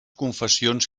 confessions